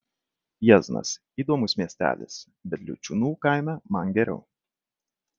jieznas įdomus miestelis bet liučiūnų kaime man geriau